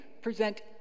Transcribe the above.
present